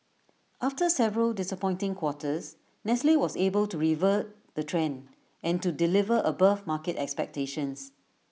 after several disappointing quarters nestle was able to revert the trend and to deliver above market expectations